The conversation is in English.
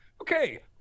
Okay